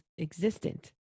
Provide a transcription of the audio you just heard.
existent